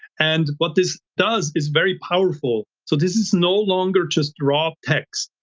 and but this does is very powerful. so this is no longer just raw text.